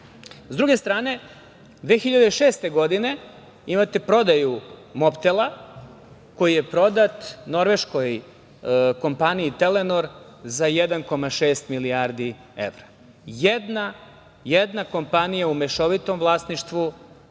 druge strane, 2006. godine imate prodaju „Mobtela“, koji je prodat Norveškoj kompaniji „Telenor“ za 1,6 milijardi evra. Jedna kompanija u mešovitom vlasništvu,